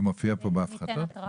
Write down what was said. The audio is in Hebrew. זה מופיע כאן בהפחתות?